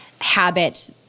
habit